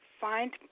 find